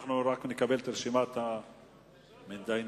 הצעת חוק לתיקון פקודת מס הכנסה (מס' 171),